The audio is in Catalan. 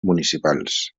municipals